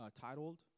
titled